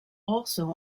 also